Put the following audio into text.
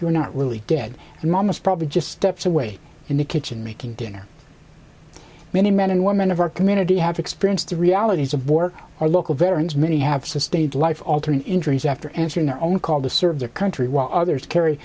you're not really dead and mom is probably just steps away in the kitchen making dinner many men and women of our community have experienced the realities of war our local veterans many have sustained life altering injuries after answering their own called to serve their country while others carry